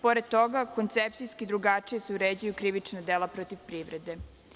Pored toga, koncepcijski se drugačije uređuju krivična dela protiv privrede.